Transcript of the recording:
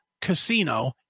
casino